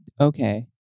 Okay